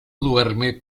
duerme